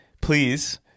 Please